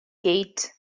gate